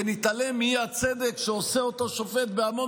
ונתעלם מהאי-צדק שעושה אותו שופט בהמון